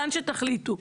לאן שתחליטו,